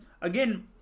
again